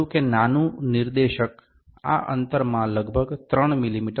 અમે જોયું કે નાનું નિર્દેશક આ અંતરમાં લગભગ 3 મી